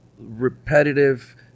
repetitive